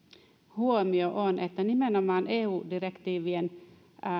huomio on että nimenomaan eu direktiivien